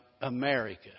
america